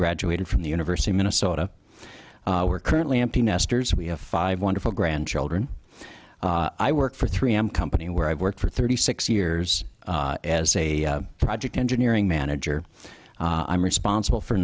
graduated from the university of minnesota we're currently empty nesters we have five wonderful grandchildren i work for three m company where i worked for thirty six years as a project engineering manager i'm responsible for